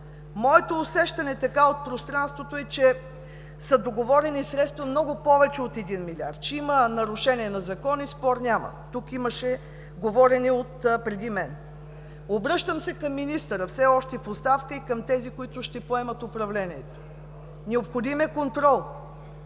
Усещането ми от пространството е, че са договорени много повече средства от един милиард. Че има нарушение на Закона – спор няма, тук имаше говорене преди мен. Обръщам се към министъра все още в оставка и към тези, които ще приемат управлението. Необходим е контрол